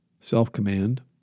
Self-command